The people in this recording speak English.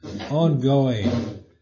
ongoing